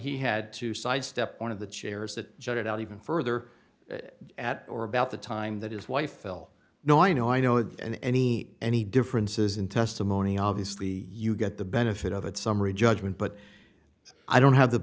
he had to side step one of the chairs that jutted out even further at or about the time that is why phil no i know i know in any any differences in testimony obviously you get the benefit of its summary judgment but i don't have the